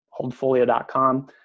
holdfolio.com